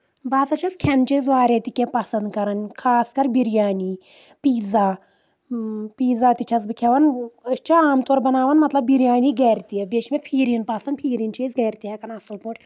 بہٕ ہسا چھَس کھؠن چیٖز واریاہ تہِ کینٛہہ پَسنٛد کَران خاص کر بِریانی پیٖزا پیٖزا تہِ چھَس بہٕ کھؠوان أسۍ چھِ عام طور بناوان مطلب بِریانی گرِ تہِ بیٚیہِ چھِ مےٚ پھیٖر پَسنٛد پھیٖر چھِ أسۍ گَرِ تہِ ہؠکان اَصٕل پٲٹھۍ